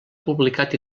publicat